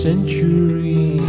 Century